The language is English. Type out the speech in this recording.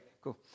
cool